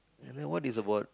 and then what is it about